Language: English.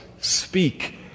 speak